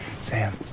Sam